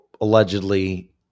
allegedly